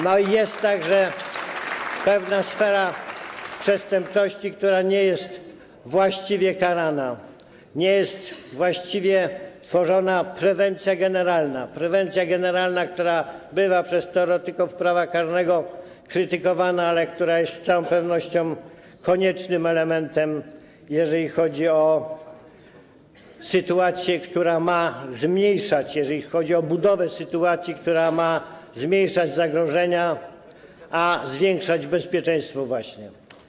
No i jest także pewna sfera przestępczości, która nie jest właściwie karana, nie jest właściwie tworzona prewencja generalna, prewencja generalna, która bywa przez teoretyków prawa karnego krytykowana, ale która jest z całą pewnością koniecznym elementem, jeżeli chodzi o budowę sytuacji, która ma zmniejszać zagrożenia, a zwiększać bezpieczeństwo właśnie.